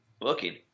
looking